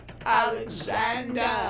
Alexander